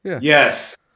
Yes